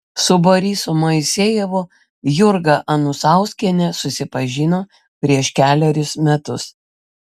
su borisu moisejevu jurga anusauskienė susipažino prieš kelerius metus